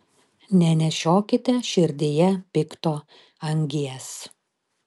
nenešiokite širdyje pikto angies